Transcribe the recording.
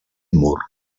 mur